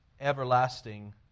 everlasting